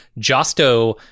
Josto